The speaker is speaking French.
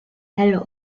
elle